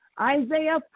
Isaiah